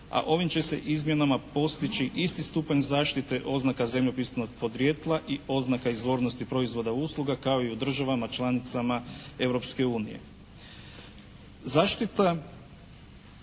a ovim će se izmjenama postići isti stupanj zaštite oznaka zemljopisnog porijekla i oznaka izvornosti proizvoda i usluga kao i u državama članicama Europske